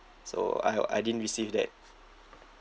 so I I didn't receive that